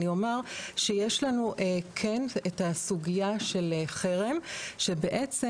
אני אומר שיש לנו כן את הסוגיה של חרם שבעצם